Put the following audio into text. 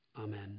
Amen